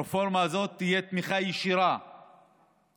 ברפורמה הזאת תהיה תמיכה ישירה בחקלאים,